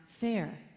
fair